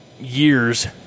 years